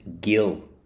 gill